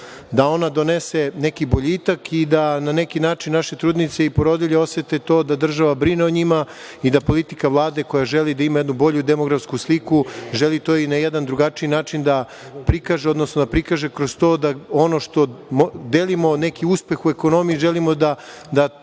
da ona donese neki boljitak i da na neki način naše trudnice i porodilje osete to da država brine o njima i da politika Vlade, koja želi da ima jednu bolju demografsku sliku, želi to i na jedan drugačiji način da prikaže, odnosno da prikaže kroz to da ono što delimo neki uspeh u ekonomiji, želimo da